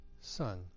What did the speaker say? son